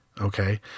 Okay